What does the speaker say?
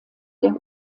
der